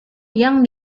yang